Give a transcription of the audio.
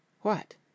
What